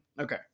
Okay